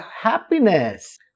happiness